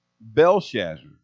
Belshazzar